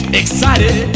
excited